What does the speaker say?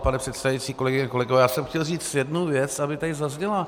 Pane předsedající, kolegyně, kolegové, já jsem chtěl říct jednu věc, aby tady zazněla.